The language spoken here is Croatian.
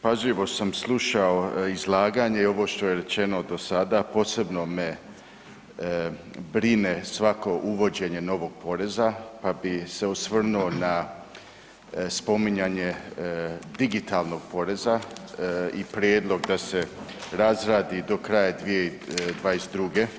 Pažljivo sam slušao izlaganje i ovo što je rečeno do sada, posebno me brine svako uvođenje novog poreza pa bi se osvrnuo na spominjanje digitalnog poreza i prijedlog da se razradi do kraja 2022.